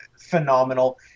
phenomenal